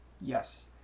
Yes